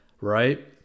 right